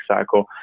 cycle